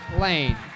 Lane